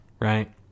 right